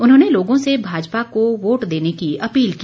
उन्होंने लोगों से भाजपा को वोट देने की अपील की